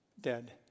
dead